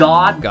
God